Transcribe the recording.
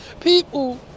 People